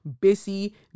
busy